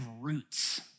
roots